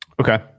Okay